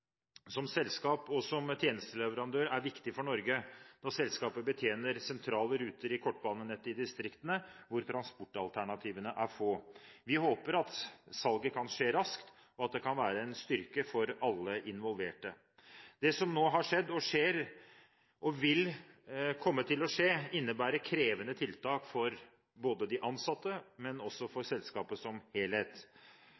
som selskap og tjenesteleverandør er viktig for Norge, fordi selskapet betjener sentrale ruter i kortbanenettet i distriktene hvor transportalternativene er få. Vi håper at salget kan skje raskt, og at det kan være en styrke for alle involverte. Det som nå har skjedd, skjer og vil komme til å skje, innebærer krevende tiltak både for de ansatte og for selskapet som helhet, men